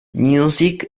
music